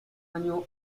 año